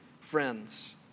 friends